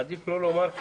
עדיף לא לומר,